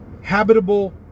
habitable